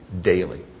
daily